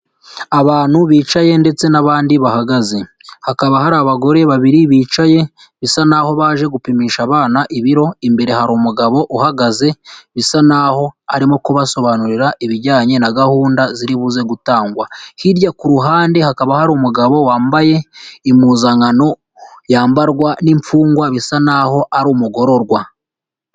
Abantu bicaye ndetse n'abandi bahagaze, hakaba hari abagore babiri bicaye bisa naho baje gupimisha abana ibiro, imbere hari umugabo uhagaze bisa naho arimo kubasobanurira ibijyanye na gahunda ziri buze gutangwa, hirya ku ruhande hakaba hari umugabo wambaye impuzankano yambarwa n'imfungwa bisa naho ari umugororwa.